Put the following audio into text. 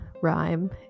rhyme